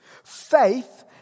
Faith